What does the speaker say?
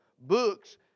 books